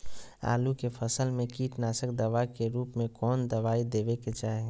आलू के फसल में कीटनाशक दवा के रूप में कौन दवाई देवे के चाहि?